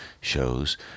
shows